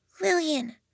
Lillian